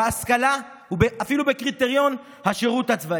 בהשכלה, אפילו בקריטריון השירות הצבאי.